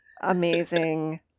amazing